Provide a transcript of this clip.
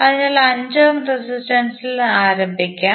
അതിനാൽ 5 ohm resistance ഇൽ ആരംഭിക്കാം